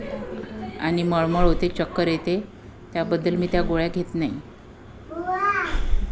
आणि मळमळ होते चक्कर येते त्याबद्दल मी त्या गोळ्या घेत नाही